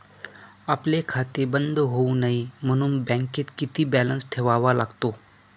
आपले खाते बंद होऊ नये म्हणून बँकेत किती बॅलन्स ठेवावा लागतो?